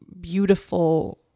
beautiful